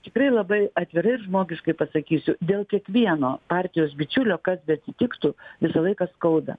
tikrai labai atvirai ir žmogiškai pasakysiu dėl kiekvieno partijos bičiulio kas beatsitiktų visą laiką skauda